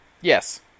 Yes